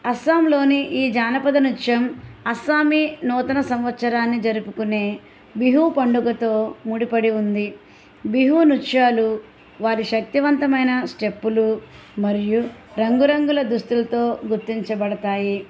అస్సాంలోని ఈ జానపద నృత్యం అస్సామీ నూతన సంవత్సరాన్ని జరుపుకునే బిహూ పండుగతో ముడిపడి ఉంది బిహూ నృత్యాలు వారి శక్తివంతమైన స్టెప్పులు మరియు రంగురంగుల దుస్తులతో గుర్తించబడతాయి